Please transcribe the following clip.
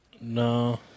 No